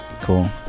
Cool